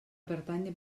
pertànyer